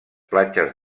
platges